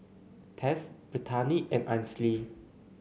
Tess Brittani and Ainsley